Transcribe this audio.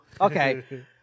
Okay